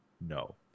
No